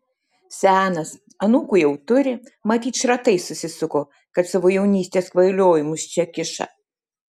senas anūkų jau turi matyt šratai susisuko kad savo jaunystės kvailiojimus čia kiša